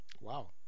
Wow